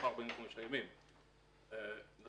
--- מה